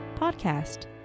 Podcast